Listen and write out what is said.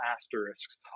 asterisks